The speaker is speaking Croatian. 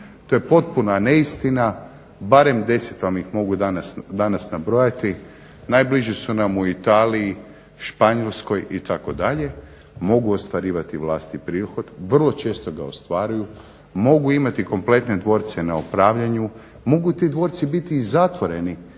To je potpuna neistina, barem 10 vam ih mogu danas nabrojati. Najbliži su nam u Italiji, Španjolskoj itd., mogu ostvarivati vlastiti prihod, vrlo često ga ostvaruju, mogu imati kompletne dvorce na upravljanju. Mogu ti dvorci biti i zatvoreni